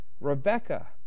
Rebecca